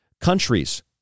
countries